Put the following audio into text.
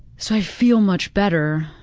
so i feel much better.